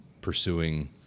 pursuing